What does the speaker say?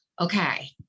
okay